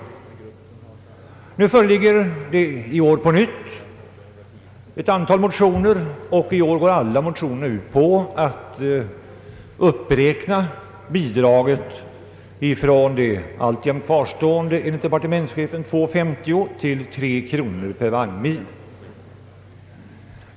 I år föreligger på nytt ett antal motioner, och nu går alla motionerna ut på att räkna upp bidraget från alltjämt enligt departementschefens förslag gällande 2 kronor och 50 öre till 3 kronor per vagnmil.